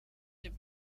dem